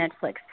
Netflix